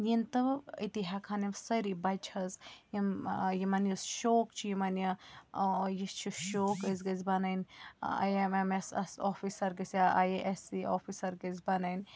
یِن تہٕ أتی ہیٚکہَن یِم سٲری بَچہِ حظ یِم یِمَن یُس شوق چھِ یِمَن یہِ یہِ چھِ شوق أسۍ گَژھِ بَنٕنۍ A M S S officer گژھِ یا I A S C officer گَژھِ بَنٕنۍ